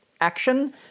action